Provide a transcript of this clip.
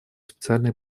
специальные